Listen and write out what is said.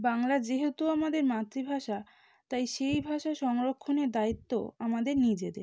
বাংলা যেহেতু আমাদের মাতৃভাষা তাই সেই ভাষা সংরক্ষণের দায়িত্ব আমাদের নিজেদের